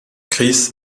chris